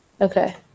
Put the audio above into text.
okay